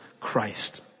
Christ